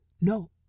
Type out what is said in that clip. No